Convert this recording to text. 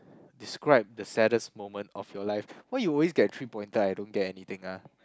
describe the saddest moment of your life why you always get three pointer I don't get anything ah